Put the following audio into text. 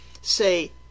say